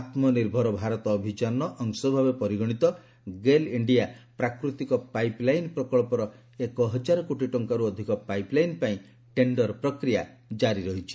ଆତ୍ମନିର୍ଭର ଭାରତ ଅଭିଯାନର ଅଂଶଭାବେ ପରିଗଣିତ ଗେଲ୍ ଇଣ୍ଡିଆ ପ୍ରାକୃତିକ ପାଇପ୍ଲାଇନ୍ ପ୍ରକଳ୍ପର ଏକ ହଜାର କୋଟି ଟଙ୍କାରୁ ଅଧିକ ପାଇପ୍ଲାଇନ୍ ପାଇଁ ଟେଣ୍ଡର ପ୍ରକ୍ରିୟା ଜାରି ରହିଛି